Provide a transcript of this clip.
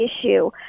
issue